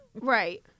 Right